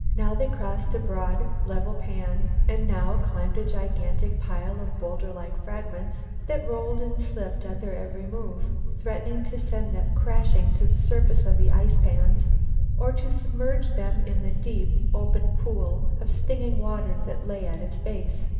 now they crossed a broad, level pan and now climbed a gigantic pile of bowlder-like fragments that rolled and slipped at their every move, threatening to send them crashing to the surface of the ice-pans or to submerge them in the deep, open pool of stinging water that lay at its base.